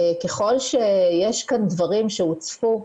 ככל שיש כאן דברים שהוצפו,